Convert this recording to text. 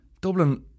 Dublin